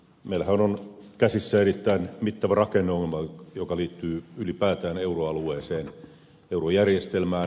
meillähän on käsissä erittäin mittava rakenneongelma joka liittyy ylipäätään euroalueeseen eurojärjestelmään